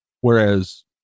whereas